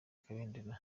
kabendera